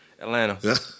Atlanta